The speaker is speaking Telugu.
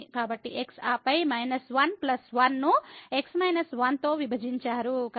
కాబట్టి x ఆపై మైనస్ 1 ప్లస్ 1 ను x −1 తో విభజించారు